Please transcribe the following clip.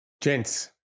Gents